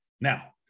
Now